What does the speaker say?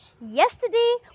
Yesterday